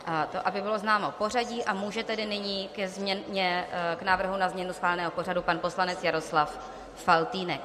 To aby bylo známo pořadí, a může tedy nyní k návrhu na změnu schváleného pořadu pan poslanec Jaroslav Faltýnek.